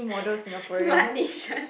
smart mission